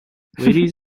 ladies